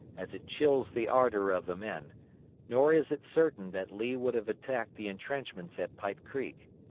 as it chills the ardor of the men nor is it certain that lee would have attacked the intrenchments at pipe creek.